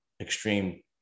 extreme